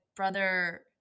brother